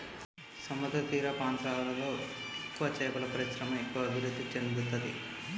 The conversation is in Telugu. సముద్రతీర ప్రాంతాలలో ఎక్కువగా చేపల పరిశ్రమ ఎక్కువ అభివృద్ధి చెందుతది